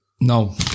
No